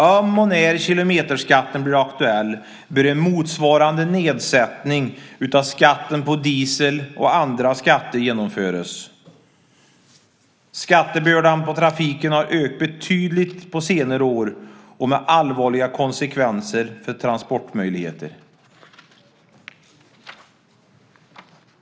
Om och när kilometerskatten blir aktuell bör en motsvarande nedsättning av skatten på diesel och andra skatter genomföras. Skattebördan på trafiken har ökat betydligt på senare år med allvarliga konsekvenser för transportmöjligheterna.